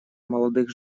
молодых